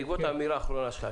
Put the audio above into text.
בעקבות האמירה האחרונה שלך,